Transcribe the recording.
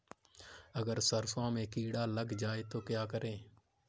अगर सरसों में कीड़ा लग जाए तो क्या करें?